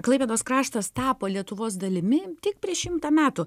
klaipėdos kraštas tapo lietuvos dalimi tik prieš šimtą metų